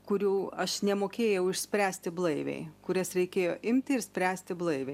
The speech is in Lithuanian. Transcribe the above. kurių aš nemokėjau išspręsti blaiviai kurias reikėjo imti ir spręsti blaiviai